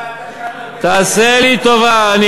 תעשה לי טובה.